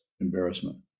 embarrassment